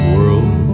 World